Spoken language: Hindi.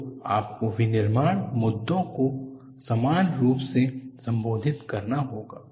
तो आपको विनिर्माण मुद्दों को समान रूप से संबोधित करना होगा